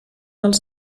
els